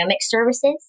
services